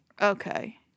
Okay